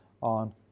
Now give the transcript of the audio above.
on